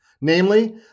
namely